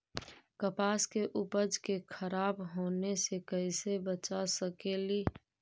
कपास के उपज के खराब होने से कैसे बचा सकेली?